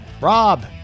Rob